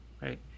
right